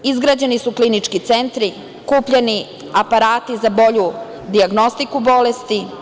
Izgrađeni su klinički centri, kupljeni aparati za bolju dijagnostiku bolesti.